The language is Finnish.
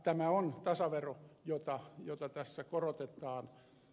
tämä on tasavero jota tässä korotetaan